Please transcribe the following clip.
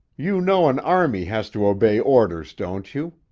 you know an army has to obey orders, don't you?